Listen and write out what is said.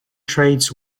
traits